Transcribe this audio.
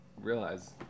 realize